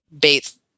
Bates